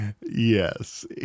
Yes